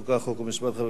חבר הכנסת דודו רותם.